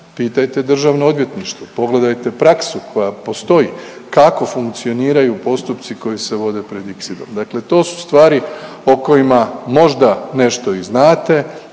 pitajte Državno odvjetništvo, pogledajte praksu koja postoji kako funkcioniraju postupci koji se vode pred ICSID-om. Dakle, to su stvari o kojima možda nešto i znate,